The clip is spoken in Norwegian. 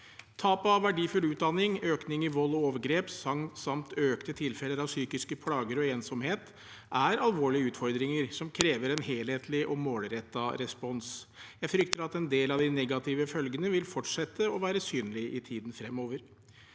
Tap av verdifull utdanning, økning i vold og overgrep samt økte tilfeller av psykiske plager og ensomhet er alvorlige utfordringer som krever en helhetlig og målrettet respons. Jeg frykter at en del av de negative følgene vil fortsette å være synlige i tiden fremover.